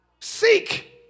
Seek